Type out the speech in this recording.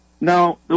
Now